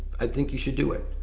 i think you should do it.